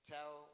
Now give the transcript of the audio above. Tell